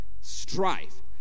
strife